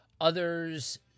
others